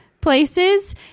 places